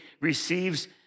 receives